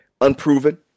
unproven